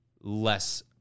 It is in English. less